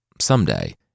someday